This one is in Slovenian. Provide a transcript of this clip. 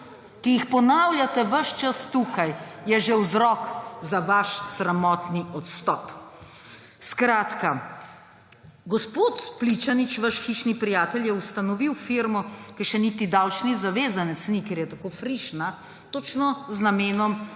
ki jo ponavljate ves čas tukaj, je že vzrok za vaš sramotni odstop. Skratka, gospod Pličanič, vaš hišni prijatelj, je ustanovil firmo, ki še niti davčni zavezanec ni, ker je tako frišna, točno z namenom,